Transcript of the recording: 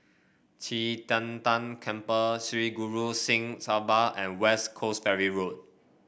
Qi Tian Tan Temple Sri Guru Singh Sabha and West Coast Ferry Road